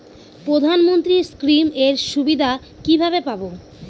প্রধানমন্ত্রী স্কীম এর সুবিধা কিভাবে পাবো?